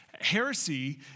Heresy